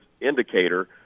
indicator